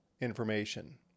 information